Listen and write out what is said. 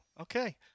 okay